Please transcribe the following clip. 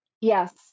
Yes